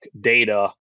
data